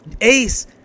Ace